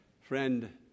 Friend